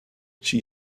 she